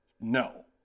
no